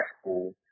school